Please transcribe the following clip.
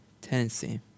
Tennessee